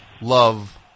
love